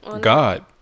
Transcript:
God